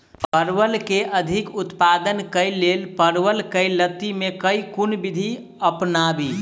परवल केँ अधिक उत्पादन केँ लेल परवल केँ लती मे केँ कुन विधि अपनाबी?